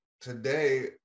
today